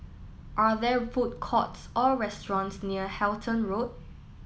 are there food courts or restaurants near Halton Road